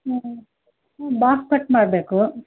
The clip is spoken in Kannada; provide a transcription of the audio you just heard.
ಹ್ಞೂ ಹ್ಞೂ ಬಾಬ್ ಕಟ್ ಮಾಡಬೇಕು